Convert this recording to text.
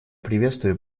приветствую